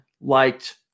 liked